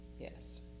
yes